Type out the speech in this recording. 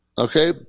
Okay